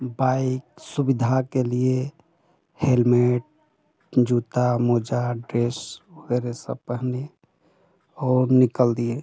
bike सुविधा के लिए हेलमेट जूता मोजा ड्रेस वगैरह सब पहने और निकल दिए